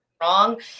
wrong